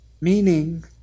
meaning